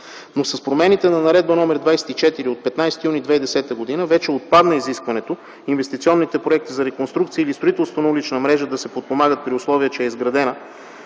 С промените на Наредба № 24 от 15 юни 2010 г. вече отпадна изискването инвестиционните проекти за реконструкция или строителство на улична мрежа да се подпомагат при условие, че е изградена